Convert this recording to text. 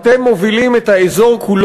הרבה יותר קשה,